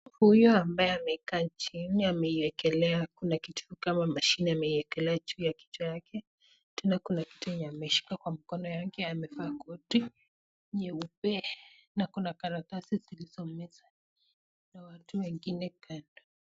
Huyu ambaye amekaa chini ameiwekelea kuna kitu kama mashine ameiwekelea juu ya kichwa yake .Tena kuna kitu ameshika kwa mikono yake. Amevaa koti nyeupe na kuna karatasi zilizo mezani na watu wengine kando.